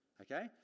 Okay